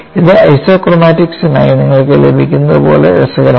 ഇത് ഐസോക്രോമാറ്റിക്സിനായി നിങ്ങൾക്ക് ലഭിക്കുന്നത് പോലെ രസകരമാണ്